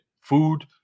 food